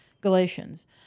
Galatians